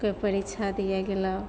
कोइ परीक्षा दिए गेलहुँ